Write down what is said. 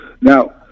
Now